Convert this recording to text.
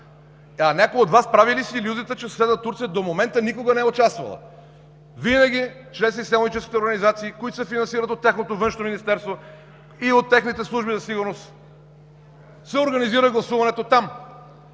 Някой от Вас прави ли си илюзията, че съседна Турция до момента никога не е участвала?! Винаги чрез изселническите организации, които се финансират от тяхното Външно министерство и от техните служби за сигурност, се организира гласуването там.